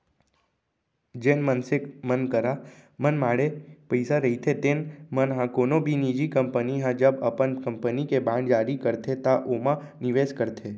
जेन मनसे मन करा मनमाड़े पइसा रहिथे तेन मन ह कोनो भी निजी कंपनी ह जब अपन कंपनी के बांड जारी करथे त ओमा निवेस करथे